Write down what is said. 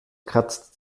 kratzt